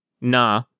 nah